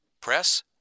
press